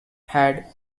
had